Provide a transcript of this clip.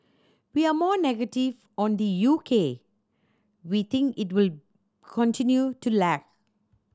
we are more negative on the U K we think it will continue to lag